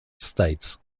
states